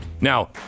now